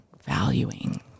valuing